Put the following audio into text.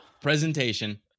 presentation